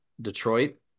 Detroit